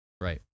Right